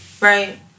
right